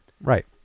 Right